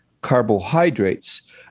carbohydrates